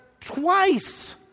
twice